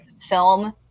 film